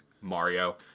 Mario